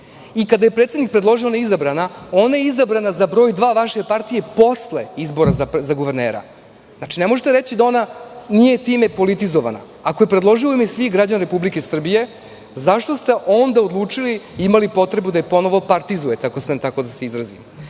je predsednik predložio ona je bila izabrana. Ona je izabrana za broj dva vaše partije posle izbora za guvernera. Ne možete reći da ona nije time politizovana. Ako ju je predložio u ime svih građana Republike Srbije, zašto ste onda odlučili i imali potrebu da je ponovo partizujete, ako smem tako da se izrazim? Ono